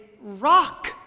rock